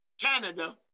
Canada